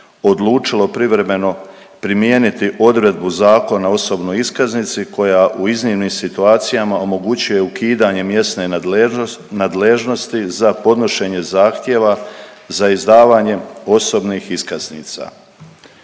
odlučilo privremeno primijeniti odredbu Zakona o osobnoj iskaznici koja u iznimnim situacijama omogućuje ukidanje mjesne nadležnosti za podnošenje zahtjeva za izdavanjem osobnih iskaznica.